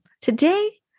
Today